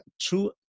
true